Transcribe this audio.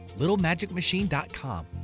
littlemagicmachine.com